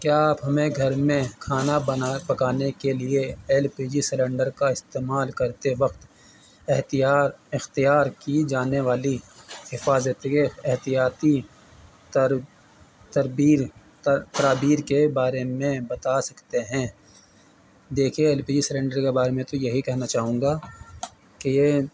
کیا آپ ہمیں گھر میں کھانا بنا پکانے کے لیے ایل پی جیسلینڈر کا استعمال کرتے وقت احتار اختیار کی جانے والی حفاظتی احتیاطی ت تربیر ترابیر کے بارے میں بتا سکتے ہیں دیکھیے ایل پی جی سلینڈر کے بارے میں تو یہی کہنا چاہوں گا کہ یہ